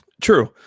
True